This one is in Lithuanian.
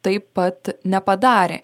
taip pat nepadarė